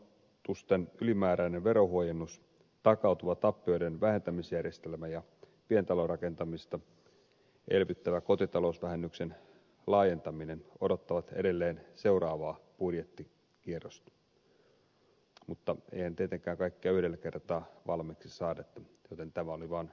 tuotekehityspanostusten ylimääräinen verohuojennus takautuva tappioiden vähentämisjärjestelmä ja pientalorakentamista elvyttävän kotitalousvähennyksen laajentaminen odottavat edelleen seuraavaa budjettikierrosta mutta eihän tietenkään kaikkea yhdellä kertaa valmiiksi saada joten tämä oli vaan hyväksyttävä